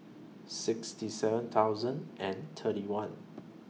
sixty seven thousand and thirty one